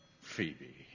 Phoebe